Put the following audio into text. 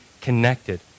connected